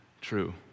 true